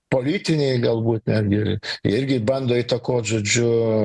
politiniai galbūt netgi irgi bando įtakot žodžiu